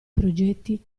progetti